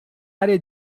área